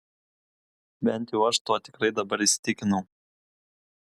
bent jau aš tuo tikrai dabar įsitikinau